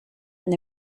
and